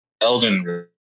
elden